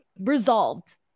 resolved